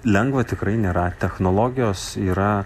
lengva tikrai nėra technologijos yra